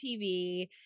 TV